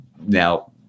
now